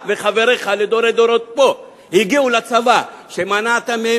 ואתה וחבריך לדורי דורות פה מנעתם מהם